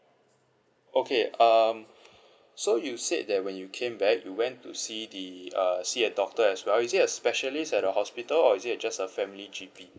okay um so you said that when you came back you went to see the uh see a doctor as well is it a specialist at a hospital or is it just a family G_P